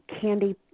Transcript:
candy